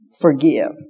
forgive